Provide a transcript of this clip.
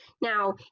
Now